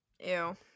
Ew